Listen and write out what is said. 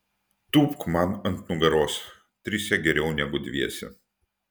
tūpk man ant nugaros trise geriau negu dviese